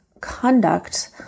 conduct